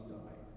die